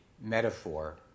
metaphor